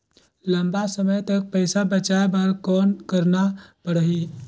लंबा समय तक पइसा बचाये बर कौन करना पड़ही?